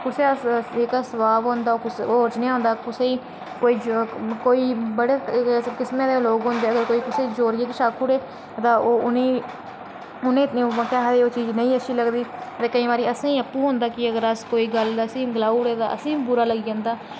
कुसे दा स्भाह् होर जेहा होंदा कुसे गी कोई बड़े किस्में दे लोग होंदे कोई किश चोरिया कुसे गी आक्खी ओड़े ते उनेंगी केह् आखदे नेईं ओह् चीज अच्छी लगदी के केईं बारी असेंगी अप्पूं गै होंदा कि कोई गल्ल असेंगी गलाई ओड़ै ते असेंगी बी बुरा लग्गी जंदा